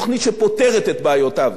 זאת תוכנית שמאפשרת לו לנשום,